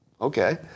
Okay